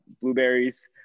blueberries